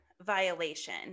violation